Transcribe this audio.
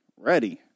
Ready